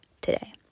today